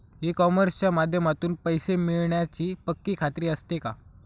E कॉमर्सच्या माध्यमातून पैसे मिळण्याची पक्की खात्री असते का?